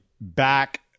back